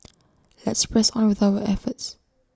let's press on with our efforts